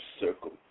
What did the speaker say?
circle